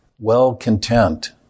well-content